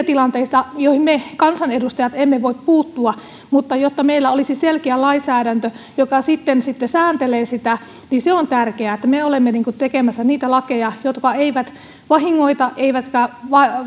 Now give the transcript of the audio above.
tilanteita joihin me kansanedustajat emme voi puuttua mutta jotta meillä olisi selkeä lainsäädäntö joka sitten sitten sääntelee sitä niin se on tärkeää että me olemme tekemässä niitä lakeja jotka eivät vahingoita eivätkä